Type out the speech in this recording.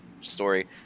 story